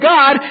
God